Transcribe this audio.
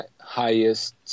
highest